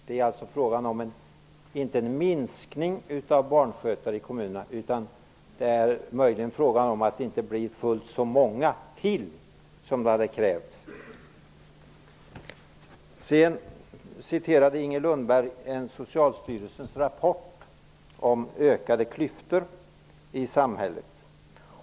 Det är alltså inte fråga om en minskning av antalet barnskötare i kommunerna. Det är möjligen frågan om att det inte blir fullt så många till som det hade krävts. Sedan nämnde Inger Lundberg Socialstyrelsens rapport om ökade klyftor i samhället.